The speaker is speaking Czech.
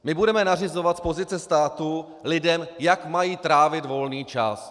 My budeme nařizovat z pozice státu lidem, jak mají trávit volný čas.